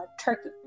turkey